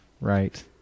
Right